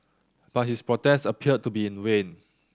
but his protest appeared to be in vain